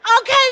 Okay